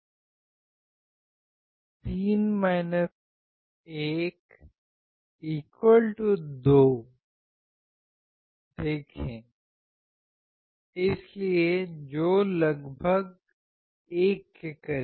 3 1 2 देखें इसलिए जो लगभग 1 के करीब है